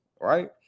Right